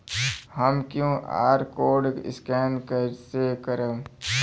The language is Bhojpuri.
हम क्यू.आर कोड स्कैन कइसे करब?